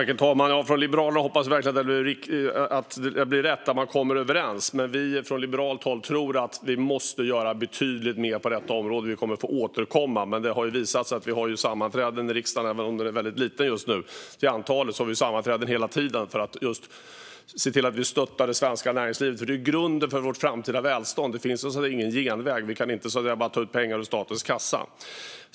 Herr talman! Liberalerna hoppas verkligen att det blir rätt och att man kommer överens. Men från liberalt håll tror vi att det måste göras betydligt mer på detta område. Vi kommer att få återkomma. Även om riksdagen är väldigt liten just nu sett till antalet ledamöter har vi hela tiden sammanträden för att se till att vi stöttar det svenska näringslivet, som är grunden för vårt framtida välstånd. Det finns ingen genväg. Vi kan inte bara ta ut pengar ur statens kassa.